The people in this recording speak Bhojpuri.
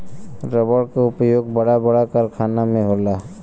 रबड़ क उपयोग बड़ा बड़ा कारखाना में होला